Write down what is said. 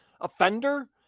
offender